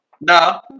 no